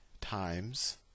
times